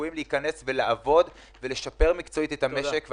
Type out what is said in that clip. שצפויים להיכנס לעבוד ולשפר מקצועית את המשק.